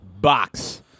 Box